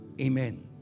Amen